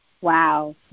Wow